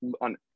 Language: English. on